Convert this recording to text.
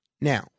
Now